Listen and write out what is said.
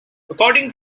according